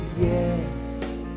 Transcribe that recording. yes